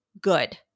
good